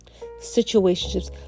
situationships